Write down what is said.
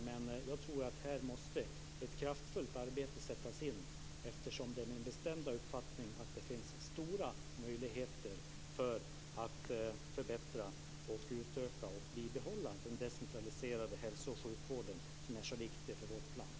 Men jag tror att ett kraftfullt arbete måste sättas in här, eftersom det är min bestämda uppfattning att det finns stora möjligheter att förbättra, utöka och bibehålla den decentraliserade hälso och sjukvården, som är så viktig för vårt land.